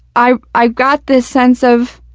i i got this sense of,